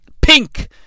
Pink